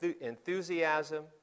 enthusiasm